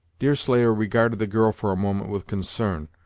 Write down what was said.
deerslayer regarded the girl for a moment with concern.